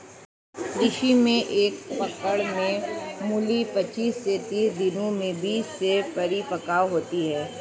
कृषि में एक पकड़ में मूली पचीस से तीस दिनों में बीज से परिपक्व होती है